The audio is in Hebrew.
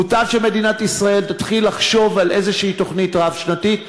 מוטב שמדינת ישראל תתחיל לחשוב על תוכנית רב-שנתית כלשהי.